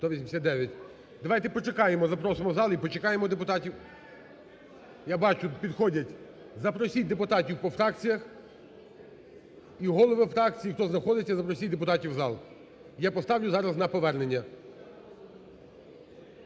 Давайте почекаємо, запросимо в зал і почекаємо депутатів. Я бачу підходять. Запросіть депутатів по фракціях, і голови фракцій, і хто знаходиться, запросіть депутатів в зал. Я поставлю зараз на повернення.